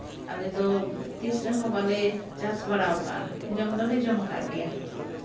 ᱟᱞᱮ ᱫᱚ ᱛᱤᱥ ᱨᱮᱦᱚᱸ ᱵᱟᱞᱮ ᱪᱟᱥ ᱵᱟᱲᱟᱣ ᱠᱟᱜᱼᱟ ᱡᱚᱢ ᱫᱚᱞᱮ ᱡᱚᱢ ᱠᱟᱜ ᱜᱮᱭᱟ